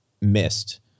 missed